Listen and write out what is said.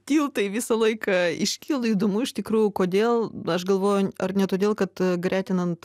tiltai visą laiką iškyla įdomu iš tikrųjų kodėl aš galvoju ar ne todėl kad gretinant